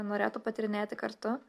norėtų patyrinėti kartu